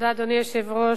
אדוני היושב-ראש,